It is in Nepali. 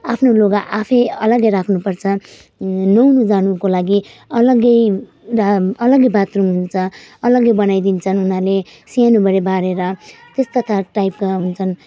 आफ्नो लुगा आफै अलग्गै राख्नु पर्छ नुहाउनु जानुको लागि अलग्गै र अलग्गै बाथरुम हुन्छ अलग्गै बनाइदिन्छन् उनीहरूले सानो बढी बारेर त्यस्ता टा टाइपका हुन्छन्